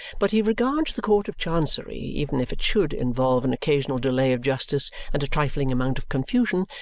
but he regards the court of chancery, even if it should involve an occasional delay of justice and a trifling amount of confusion,